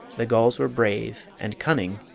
the gulls were brave, and cunning,